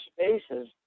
spaces